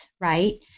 right